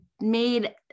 made